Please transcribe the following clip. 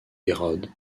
hérode